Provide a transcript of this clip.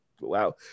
wow